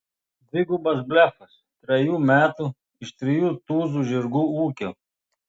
dvigubas blefas trejų metų iš trijų tūzų žirgų ūkio